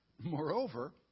Moreover